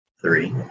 three